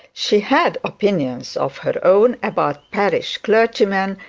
she had opinions of her own about parish clergymen,